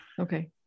okay